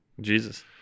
jesus